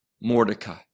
Mordecai